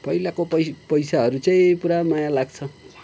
पहिलाको पैसाहरू चाहिँ पुरा माया लाग्छ